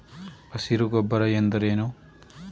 ಹಸಿರು ಗೊಬ್ಬರ ಎಂದರೇನು?